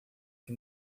que